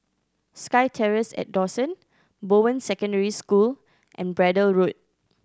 SkyTerrace at Dawson Bowen Secondary School and Braddell Road